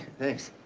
thanks.